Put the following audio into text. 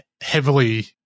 heavily